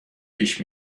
پیش